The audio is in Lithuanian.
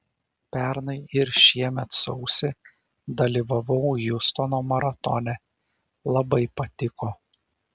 pernai ir šiemet sausį dalyvavau hiūstono maratone labai patiko